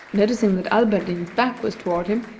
noticing that alberdin's back was toward him,